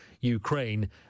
Ukraine